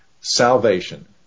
Salvation